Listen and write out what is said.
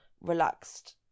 relaxed